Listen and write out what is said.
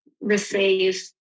receive